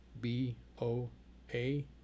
B-O-A